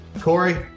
Corey